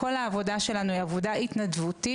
כל העבודה שלנו היא עבודה התנדבותית